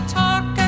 talk